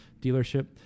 dealership